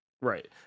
Right